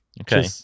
Okay